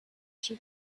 she